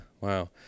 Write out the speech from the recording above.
Wow